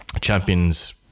Champions